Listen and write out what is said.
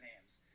names